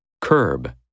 CURB